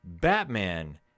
Batman